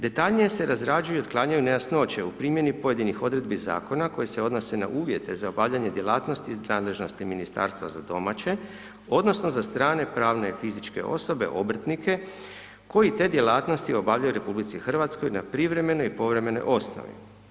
Detaljnije se razrađuju i otklanjaju nejasnoće u primjeni pojedinih odredbi Zakona koje se odnose na uvjete za obavljanje djelatnosti iz nadležnosti Ministarstva za domaće odnosno za strane pravne i fizičke osobe, obrtnike koji te djelatnosti obavljaju u RH na privremenoj i povremenoj osnovi.